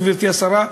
גברתי השרה,